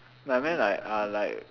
I mean like I like